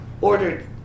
ordered